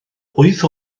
wyth